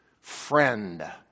friend